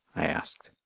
i asked.